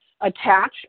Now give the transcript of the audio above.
attach